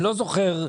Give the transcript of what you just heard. לא זוכר.